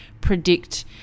predict